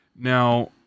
Now